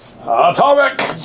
Atomic